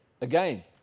again